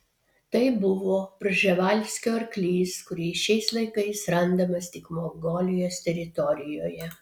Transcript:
tai buvo prževalskio arklys kuris šiais laikais randamas tik mongolijos teritorijoje